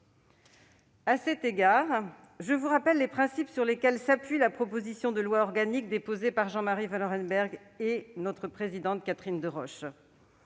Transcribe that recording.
À cet égard, je vous rappelle les principes sur lesquels s'appuie la proposition de loi organique déposée par Jean-Marie Vanlerenberghe et notre présidente Catherine Deroche,